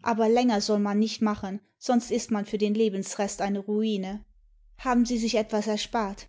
aber länger soll man nicht machen sonst ist man für den lebensrest eine ruine haben sie sich was erspart